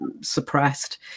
suppressed